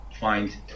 find